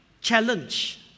challenge